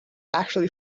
actually